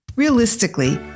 Realistically